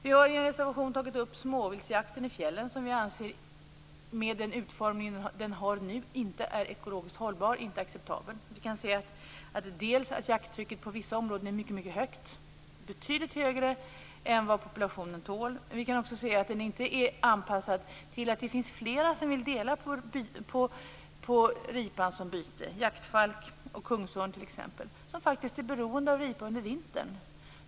I en reservation har vi tagit upp småviltsjakten i fjällen som enligt vår mening inte är ekologiskt hållbar och acceptabel med den utformning den har i dag. Vi kan se att jakttrycket i vissa områden är betydligt högre än vad populationen tål. Vi kan också se att jakten inte är anpassad till att det finns flera som vill dela på t.ex. ripan som byte. Jaktfalk och kungsörn är faktiskt beroende av ripa under vintern.